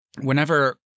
whenever